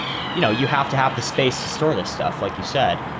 you know you have to have the space to store this stuff. like you said,